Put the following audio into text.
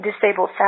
Disabled